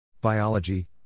Biology